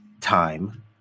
time